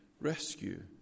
rescue